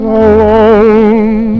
alone